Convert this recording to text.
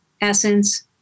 essence